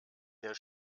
der